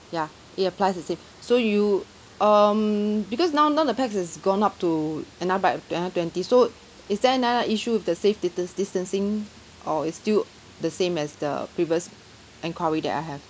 ya it applies the same so you um because now now the pax has gone up to another by twe~ another twenty so is there any other issue with the safe distan~ distancing or it's still the same as the previous enquiry that I have